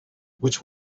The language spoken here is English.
which